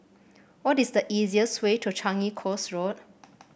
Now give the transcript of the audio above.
what is the easiest way to Changi Coast Road